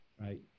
Right